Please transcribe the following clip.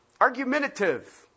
Argumentative